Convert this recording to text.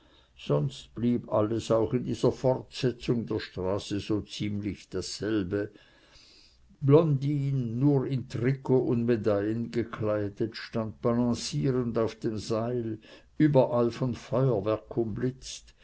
sonst blieb alles auch in dieser fortsetzung der straße so ziemlich dasselbe blondin nur in trikot und medaillen gekleidet stand balancierend auf dem seil überall von feuerwerk